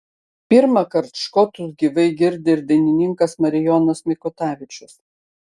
pirmąkart škotus gyvai girdi ir dainininkas marijonas mikutavičius